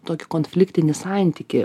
tokį konfliktinį santykį